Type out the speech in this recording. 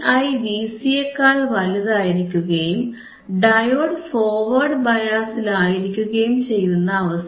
Vi Vc യേക്കാൾ വലുതായിരിക്കുകയും diode forward ബയാസിൽ ആയിരിക്കുകയും ചെയ്യുന്ന അവസ്ഥ